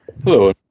Hello